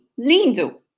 lindo